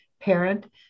parent